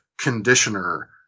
conditioner